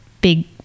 big